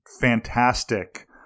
fantastic